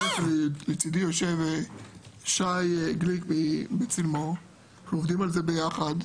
לצידי יושב פה שי גליק מ "צלמו" ואנחנו עובדים על זה ביחד,